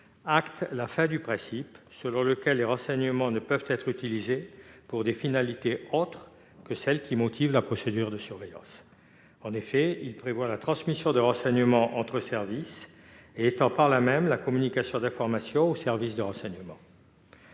acte la fin du principe selon lequel les renseignements ne peuvent être utilisés pour des finalités autres que celles qui motivent la procédure de surveillance. En effet, il prévoit la transmission de renseignements entre services et étend par là-même la communication d'informations aux services de renseignement.